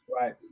right